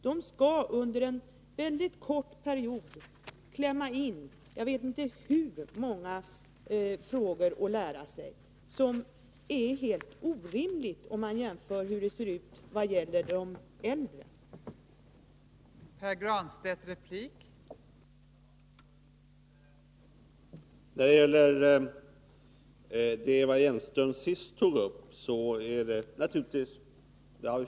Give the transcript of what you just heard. De skall under en mycket kort period klämma in oerhört många frågor i sin utbildning, något som är helt orimligt om man jämför med hur det ser ut när det gäller lärarna för de äldre barnen.